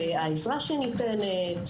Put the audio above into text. העזרה שניתנת,